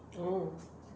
oh